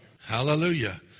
Hallelujah